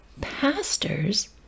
pastors